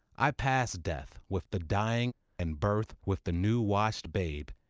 i pass death with the dying and birth with the new-wash'd babe,